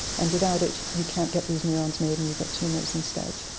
and without it you can't get these neurons made and you get tumours instead.